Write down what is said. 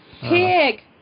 Pig